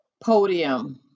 podium